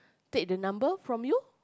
take the number from you